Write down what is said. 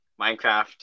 Minecraft